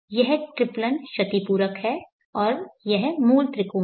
यह ट्रिप्लन क्षति पूरक है और यह मूल त्रिकोण है